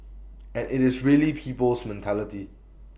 and IT is really people's mentality